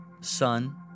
Son